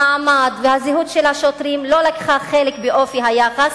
המעמד והזהות של השוטרים לא היו חלק מאופי היחס,